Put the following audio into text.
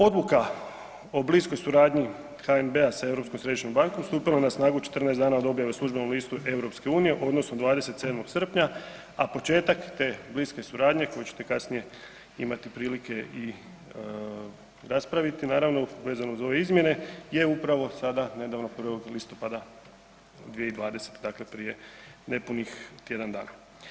Odluka o bliskoj suradnji HNB-a sa Europskom središnjom bankom stupila je na snagu 14 dana od objave u Službenom listu EU odnosno 27. srpnja, a početak te bliske suradnje koju ćete kasnije imati prilike raspraviti, vezano uz ove izmjene, je upravo sada nedavno 1. listopada 2020. prije nepunih tjedan dana.